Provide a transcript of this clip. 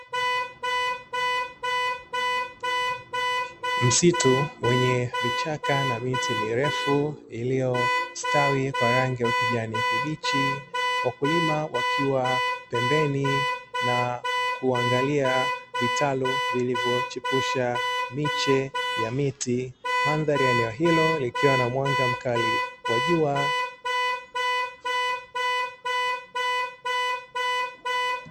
Msitu wenye vichaka na miti mirefu iliyostawi kwa rangi ya kijani kibichi wakulima, wakiwa pembeni na kuangalia vitalu vilivyochipusha miche ya miti, mandhari ya eneo hilo likiwa na mwanga mkali wa jua.